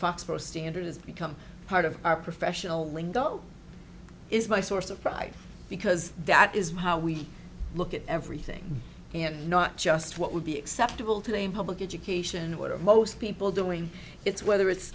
a standard has become part of our professional lingo is my source of pride because that is how we look at everything and not just what would be acceptable today in public education or most people doing it's whether it's